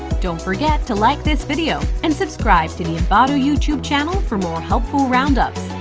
don't forget to like this video and subscribe to the envato youtube channel for more helpful roundups,